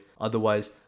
Otherwise